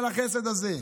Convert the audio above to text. על החסד הזה.